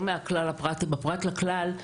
לא מהכלל לפרט אלא בפרט לכלל,